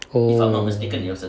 oh